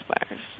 expires